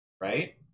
Right